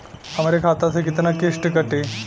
हमरे खाता से कितना किस्त कटी?